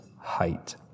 height